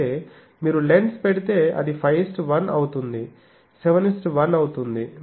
అయితే మీరు లెన్స్ పెడితే అది 51 అవుతుంది71 అవుతుంది